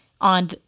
on